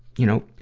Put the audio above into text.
you know,